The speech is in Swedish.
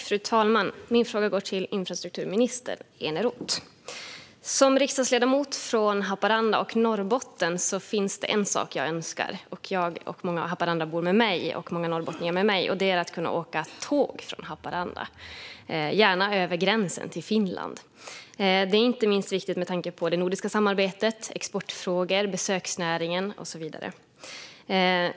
Fru talman! Min fråga går till infrastrukturminister Tomas Eneroth. Det finns en sak som jag som riksdagsledamot från Haparanda och Norrbotten och många Haparandabor och norrbottningar med mig önskar, och det är att kunna åka tåg från Haparanda - gärna över gränsen till Finland. Det är viktigt inte minst med tanke på det nordiska samarbetet, exportfrågor, besöksnäringen och så vidare.